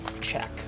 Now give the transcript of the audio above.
check